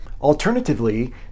Alternatively